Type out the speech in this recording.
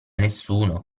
nessuno